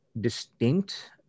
distinct